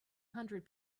hundred